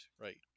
right